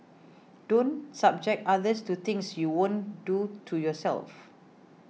don't subject others to things you won't do to yourself